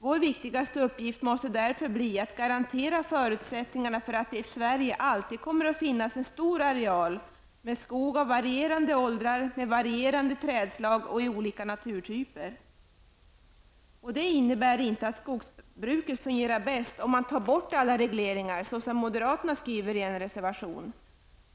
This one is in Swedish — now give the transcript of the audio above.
Vår viktigaste uppgift måste därför bli att garantera förutsättningarna för att det i Sverige alltid kommer att finnas en stor areal skog av varierande åldrar, med varierande trädslag och i olika naturtyper. Detta innebär dock inte att skogsbruket fungerar bäst om man tar bort alla regleringar, såsom moderaterna skriver i en reservation.